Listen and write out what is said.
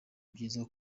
byiza